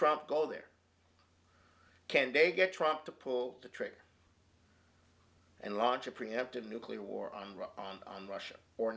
trump go there can they get trump to pull the trigger and launch a preemptive nuclear war on the on the russian or